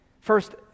First